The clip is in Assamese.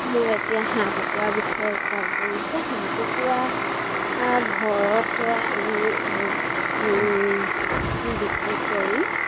মই এতিয়া হাঁহ কুকুৰা বিষয়ে পাল কৰিছে হাঁহ কুকুৰা ঘৰতে আমি বিক্ৰী কৰি